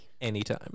Anytime